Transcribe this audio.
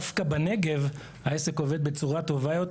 דווקא בנגב העסק עובד בצורה טובה יותר